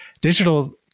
digital